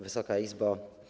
Wysoka Izbo!